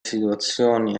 situazioni